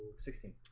sixteen